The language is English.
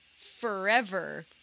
forever